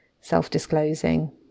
self-disclosing